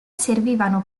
servivano